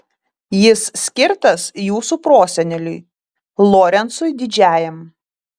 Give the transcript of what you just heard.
jis skirtas jūsų proseneliui lorencui didžiajam